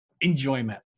enjoyment